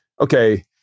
okay